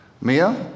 Mia